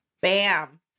Bam